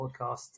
Podcast